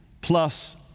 plus